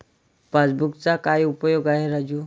पासबुकचा काय उपयोग आहे राजू?